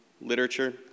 literature